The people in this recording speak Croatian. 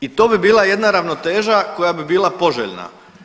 I to bi bila jedna ravnoteža koja bi bila poželjna.